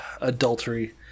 adultery